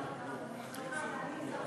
סליחה, אני הסחתי את דעתו.